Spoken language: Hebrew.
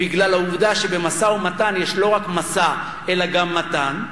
בגלל העובדה שבמשא-ומתן יש לא רק משא אלא גם מתן,